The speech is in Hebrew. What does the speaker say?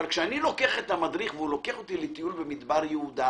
אבל כשאני לוקח את המדריך והוא לוקח אותי לטיול במדבר יהודה,